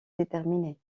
déterminée